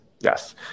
yes